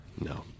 No